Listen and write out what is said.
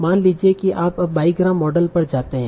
मान लीजिए कि आप अब बाईग्राम मॉडल पर जाते हैं